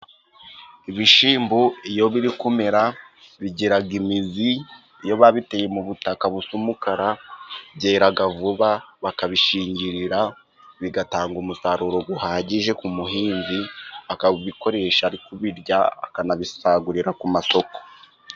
Ibishimbo iyo biri kumera bigira imizi, iyo biteye mu butaka busa umukara byera vuba bakabishingirira bigatanga umusaruro uhagije ku muhinzi akabikoresha ari kurya akanabisagurira ku masoko.